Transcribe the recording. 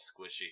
squishy